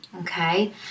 Okay